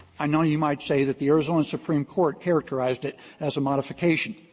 i know you might say that the arizona supreme court characterized it as a modification.